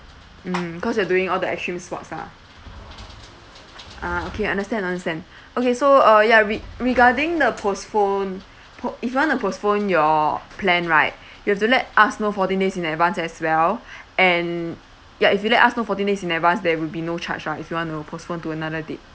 mm because you are doing all the extreme sports ah ah okay understand understand okay so uh yeah re~ regarding the postpone po~ if you want to postpone your plan right you have to let us know fourteen days in advance as well and ya if you let us know fourteen days in advance there will be no charge lah if you want to postpone to another date